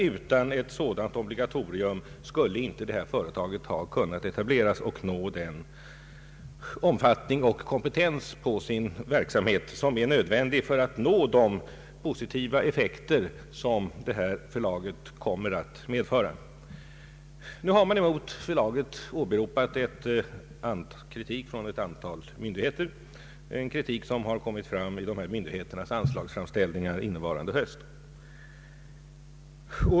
Utan ett sådant obligatorium skulle nämligen detta företag inte ha kunnat etableras och nå den omfattning och kompetens som är nödvändig för att vinna de positiva effekter som det är syftet med företaget att uppnå. Nu har man mot förlaget åberopat kritik från ett antal myndigheter, en kritik som har kommit fram i dessa myndigheters anslagsframställningar innevarande höst.